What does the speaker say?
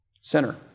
sinner